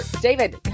David